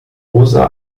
rosa